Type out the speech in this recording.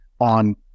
on